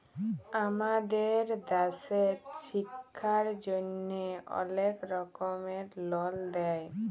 আমাদের দ্যাশে ছিক্ষার জ্যনহে অলেক রকমের লল দেয়